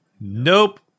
Nope